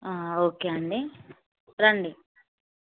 okay అండి రండి